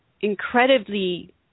incredibly